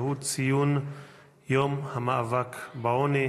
והוא ציון יום המאבק בעוני.